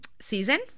season